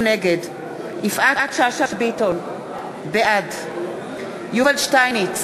נגד יפעת שאשא ביטון, בעד יובל שטייניץ,